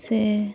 ᱥᱮ